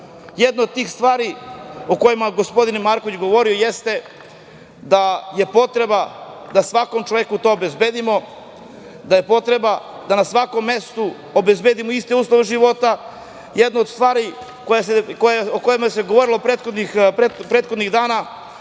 gradu. Jedna od tih stvari o kojima je gospodin Marković govorio jeste da je potreba da svakom čoveku to obezbedimo, da je potreba da na svakom mestu obezbedimo iste uslove života. Jedna od stvari o kojoj se govorilo prethodnih dana